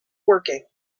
working